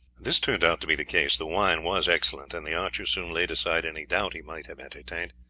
this turned out to be the case the wine was excellent, and the archer soon laid aside any doubt he might have entertained.